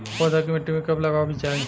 पौधा के मिट्टी में कब लगावे के चाहि?